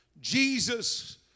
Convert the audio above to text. Jesus